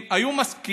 אם היו מסכימים,